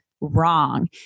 wrong